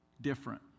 different